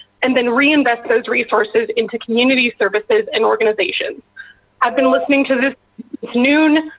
and then reinvent those resources into community services and organizations i have been listening to this since noon,